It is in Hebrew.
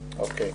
אוקיי.